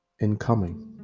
incoming